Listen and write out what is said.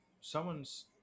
someone's